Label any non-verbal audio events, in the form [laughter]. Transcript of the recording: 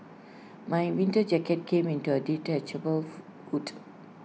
my winter jacket came with A detachable [unintelligible] hood